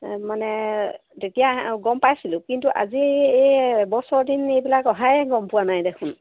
মানে তেতিয়া গম পাইছিলোঁ কিন্তু আজি এই এবছৰ দিন এইবিলাক অহায়ে গম পোৱা নাই দেখোন